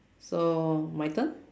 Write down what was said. so my turn